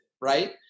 right